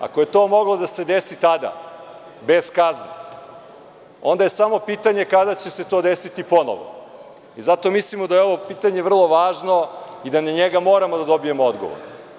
Ako je to moglo da se desi tada, bez kazne, onda je samo pitanje kada će se to desiti ponovo i zato mislimo da je ovo pitanje vrlo važno i da na njega moramo da dobijemo odgovor.